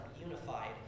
unified